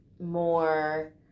more